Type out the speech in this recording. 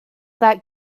that